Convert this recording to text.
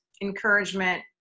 encouragement